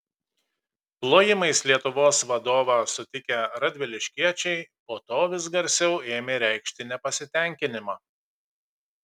plojimais lietuvos vadovą sutikę radviliškiečiai po to vis garsiau ėmė reikšti nepasitenkinimą